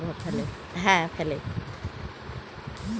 কোন জায়গার জলবায়ু আর আবহাওয়া কৃষিকাজের উপর প্রভাব ফেলে